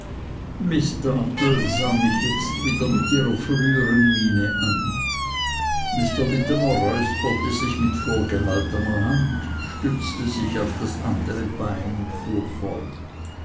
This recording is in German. sah mich jetzt wieder mit ihrer frühern miene an mr littimer räusperte sich mit vorgehaltner hand stützte sich auf das andre bein und fuhr fort